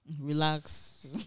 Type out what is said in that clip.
Relax